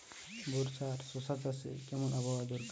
বর্ষার শশা চাষে কেমন আবহাওয়া দরকার?